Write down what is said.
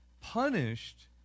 punished